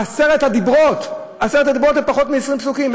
עשרת הדיברות, עשרת הדיברות הם פחות מ-20 פסוקים.